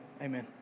Amen